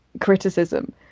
criticism